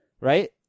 right